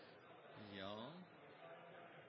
Ja, da